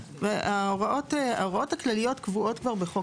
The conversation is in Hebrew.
ההוראות הכלליות קבועות כבר בחוק,